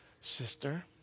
Sister